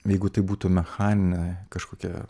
jeigu tai būtų mechaninė kažkokia